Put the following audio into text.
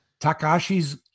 Takashi's